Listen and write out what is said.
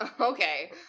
Okay